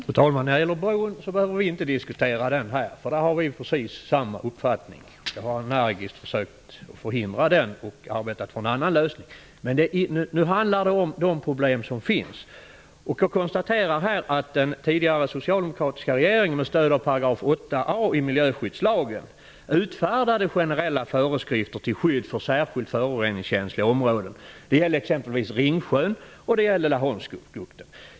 Fru talman! Vi behöver inte diskutera bron här, eftersom vi har precis samma uppfattning. Jag har energiskt försökt att förhindra bron och i stället arbetat för en annan lösning. Nu handlar det om de problem som finns. Den tidigare socialdemokratiska regeringen utfärdade med stöd av miljöskyddslagen 8 § a generella föreskrifter till skydd för särskilt föroreningskänsliga vattenområden. Det gäller t.ex. Ringsjön och Laholmsbukten.